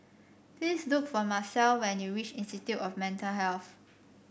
please look for Marcel when you reach Institute of Mental Health